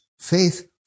faith